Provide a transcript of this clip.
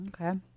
Okay